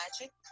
Magic